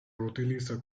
utiliza